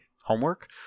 homework